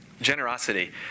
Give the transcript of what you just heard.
Generosity